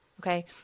Okay